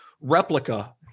replica